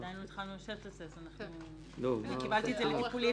אני מבין שזה לא קשור.